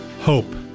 Hope